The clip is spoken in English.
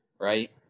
right